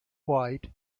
white